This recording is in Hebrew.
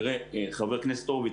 חבר הכנסת הורוביץ,